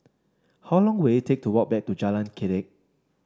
how long will it take to walk back to Jalan Kledek